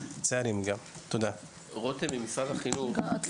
רותם זהבי, אני